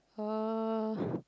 uh